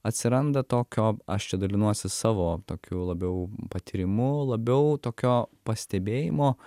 atsiranda tokio aš čia dalinuosi savo tokiu labiau patyrimu labiau tokio pastebėjimo